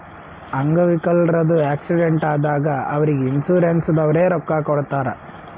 ಅಂಗ್ ವಿಕಲ್ರದು ಆಕ್ಸಿಡೆಂಟ್ ಆದಾಗ್ ಅವ್ರಿಗ್ ಇನ್ಸೂರೆನ್ಸದವ್ರೆ ರೊಕ್ಕಾ ಕೊಡ್ತಾರ್